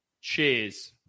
Cheers